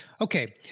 Okay